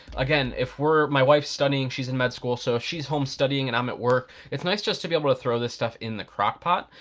again, if we're, my wife's studying, she's in med school, so if she's home studying and i'm at work, it nice just to be able to throw this stuff in the crockpot,